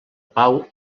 pau